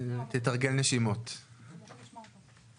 אני רוצה להודות לחברי הוועדה, שהרשו לי לדבר.